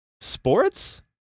sports